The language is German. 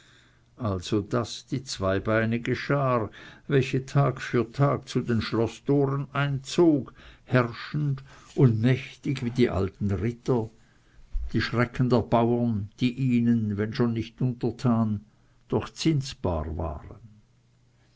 also das die zweibeinige schar welche tag für tag zu den schloßtoren einzog herrschend und mächtig wie die alten ritter die schrecken der bauern die ihnen wenn schon nicht untertan doch zinsbar waren